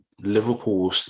Liverpool